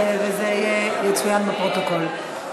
וזה יצוין בפרוטוקול.